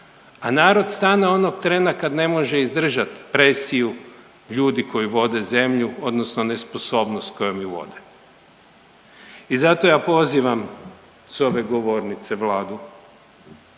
A narod stane onog trena kad ne može izdržati presiju, ljudi koji vode zemlju, odnosno nesposobnost kojom je vode. I zato ja pozivam sa ove govornice Vladu